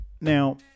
Now